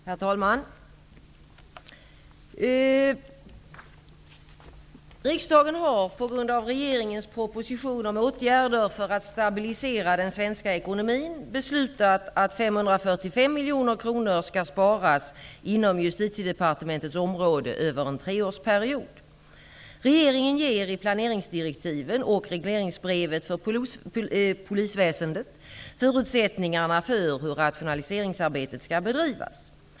Herr talman! Riksdagen har, på grund av regeringens proposition om åtgärder för att stabilisera den svenska ekonomin, beslutat att 545 miljoner kronor skall sparas inom Regeringen ger i planeringsdirektiven och regleringsbrevet för polisväsendet förutsättningarna för hur rationaliseringsarbetet skall bedrivas.